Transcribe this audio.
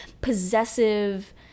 possessive